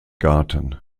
garten